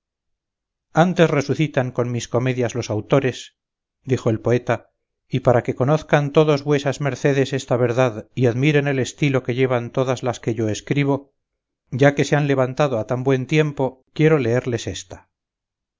antes resucitan con mis comedias los autores dijo el poeta y para que conozcan todos vuesas mercedes esta verdad y admiren el estilo que llevan todas las que yo escribo ya que se han levantado a tan buen tiempo quiero leelles ésta